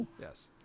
yes